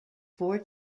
four